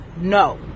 no